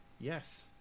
Yes